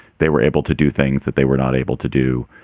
they were able to do things that they were not able to do